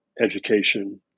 education